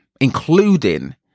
including